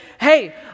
hey